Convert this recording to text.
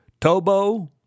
Tobo